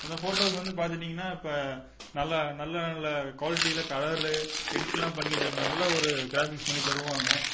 அந்த ஃபோட்டோஸ் வந்து பார்த்துட்டீங்கன்னா இப்போ நல்லா நல்ல நல்ல குவாலிட்டியில் கலரு எடிட்யெலாம் பண்ணி தரும் நல்ல ஒரு கிராஃபிக்ஸ் பண்ணி தருவாங்க